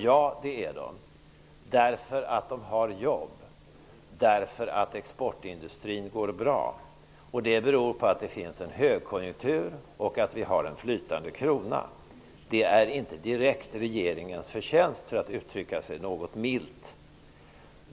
Ja, det är de, därför att de har jobb och därför att exportindustrin går bra. Det beror på att det finns en högkonjunktur och att vi har en flytande krona. Detta är inte direkt regeringens förtjänst, för att uttrycka sig något milt.